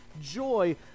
joy